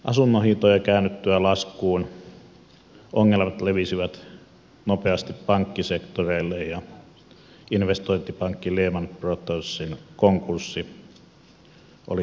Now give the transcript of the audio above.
asuntojen hintojen käännyttyä laskuun ongelmat levisivät nopeasti pankkisektoreille ja investointipankki lehman brothersin konkurssi oli seurauksena